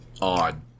odd